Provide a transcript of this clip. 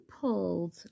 pulled